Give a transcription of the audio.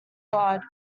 god